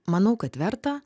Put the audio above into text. manau kad verta